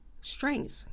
strength